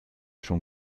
schon